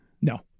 No